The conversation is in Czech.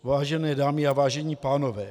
Vážené dámy a vážení pánové.